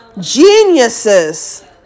geniuses